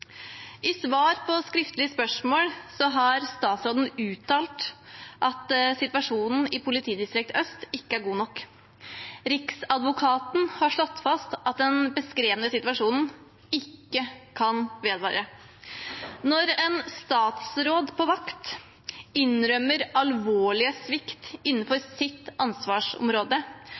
I svar på skriftlig spørsmål har statsråden uttalt at situasjonen i Øst politidistrikt ikke er god nok. Riksadvokaten har slått fast at den beskrevne situasjonen ikke kan vedvare. Når en statsråd på vakt innrømmer alvorlig svikt innenfor sitt ansvarsområde,